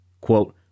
quote